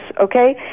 okay